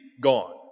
gone